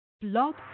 Blog